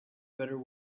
better